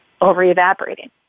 over-evaporating